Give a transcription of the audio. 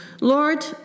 Lord